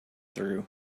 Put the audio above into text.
through